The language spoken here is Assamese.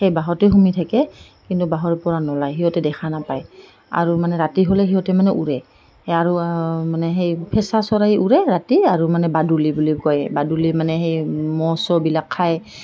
সেই বাঁহতেই সোমাই থাকে কিন্তু বাঁহৰপৰা নোলায় সিহঁতে দেখা নাপায় আৰু মানে ৰাতি হ'লে সিহঁতে মানে উৰে সেই আৰু মানে সেই ফেঁচা চৰাই উৰে ৰাতি আৰু মানে বাদুলি বুলি কয় বাদুলি মানে সেই মহ ছহবিলাক খায়